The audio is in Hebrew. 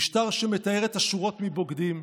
משטר שמטהר את השורות מבוגדים,